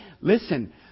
listen